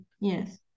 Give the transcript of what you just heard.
Yes